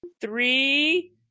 three